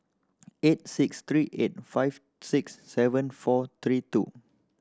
eight six three eight five six seven four three two